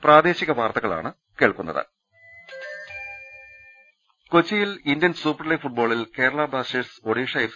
രദേഷ്ടെടു കൊച്ചിയിൽ Indian super league ഫുട്ബോളിൽ Kerala Blasters Odisha F